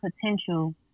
potential